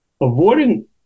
avoiding